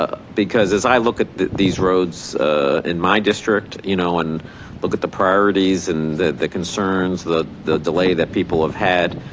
ah because as i look at these roads in my district, you know and look at the priorities and the concerns the the delay that people have had,